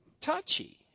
touchy